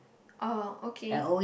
oh okay